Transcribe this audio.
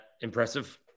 impressive